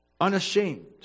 unashamed